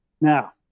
Now